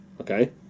okay